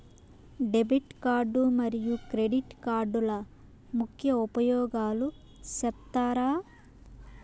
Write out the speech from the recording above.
Debit card మరియు credit కార్డుల ముఖ్య ఉపయోగాలు సెప్తారా?